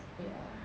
ya